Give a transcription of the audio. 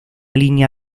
línea